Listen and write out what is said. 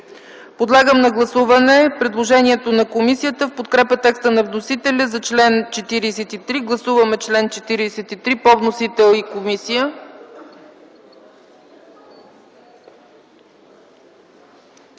Подлагам на гласуване предложението на комисията в подкрепа текста на вносителя за чл. 43. Гласуваме чл. 43 по вносител и комисия.